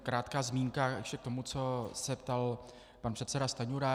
Krátká zmínka k tomu, co se ptal pan předseda Stanjura.